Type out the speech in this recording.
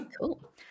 Cool